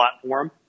platform